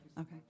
Okay